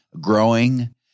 growing